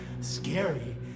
Scary